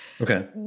okay